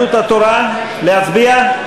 יהדות התורה, להצביע?